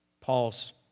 Paul's